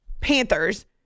Panthers